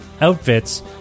outfits